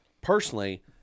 personally